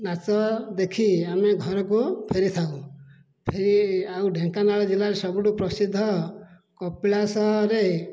ନାଚ ଦେଖି ଆମେ ଘରକୁ ଫେରିଥାଉ ଫେରି ଆଉ ଢ଼େଙ୍କାନାଳ ଜିଲ୍ଲା ସବୁଠାରୁ ପ୍ରସିଦ୍ଧ କପିଳାସରେ